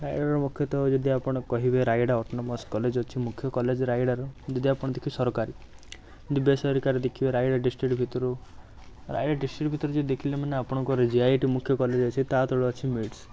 ରାୟଗଡ଼ାର ମୁଖ୍ୟତଃ ଯଦି ଆପଣ କହିବେ ରାୟଗଡ଼ା ଅଟୋନୋମାସ୍ କଲେଜ୍ ଅଛି ମୁଖ୍ୟ କଲେଜ୍ ରାୟଗଡ଼ାର ଯଦି ଆପଣ ଦେଖିବେ ସରକାର ଯଦି ବେସରକାରୀ ଦେଖିବେ ରାୟଗଡ଼ା ଡିଷ୍ଟ୍ରିକ୍ଟ ଭିତରୁ ରାୟଗଡ଼ା ଡିଷ୍ଟ୍ରିକ୍ଟ ଭିତରୁ ଯଦି ଦେଖିଲେ ମାନେ ଆପଣଙ୍କର ଜି ଆଇ ଟି ମୁଖ୍ୟ କଲେଜ୍ ଅଛି ତା' ତଳେ ଅଛି ମିଟ୍ସ୍